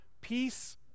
peace